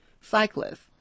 cyclists